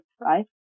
right